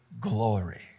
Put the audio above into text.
glory